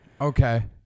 Okay